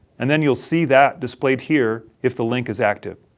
and then you'll see that displayed here if the link is active.